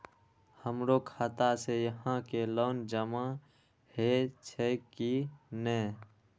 हमरो खाता से यहां के लोन जमा हे छे की ने?